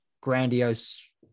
grandiose